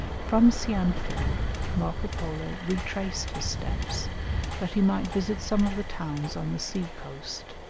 from saianfu marco polo retraced his steps that he might visit some of the towns on the sea-coast.